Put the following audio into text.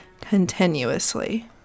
continuously